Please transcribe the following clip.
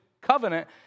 Covenant